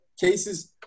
cases